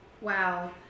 wow